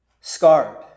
scarred